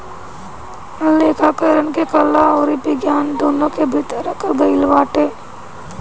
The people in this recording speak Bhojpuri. लेखाकरण के कला अउरी विज्ञान दूनो के भीतर रखल गईल बाटे